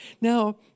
Now